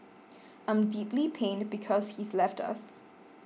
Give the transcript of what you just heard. I'm deeply pained because he's left us